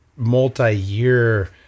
multi-year